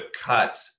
cut